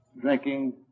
drinking